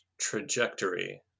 trajectory